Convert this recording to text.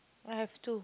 I have two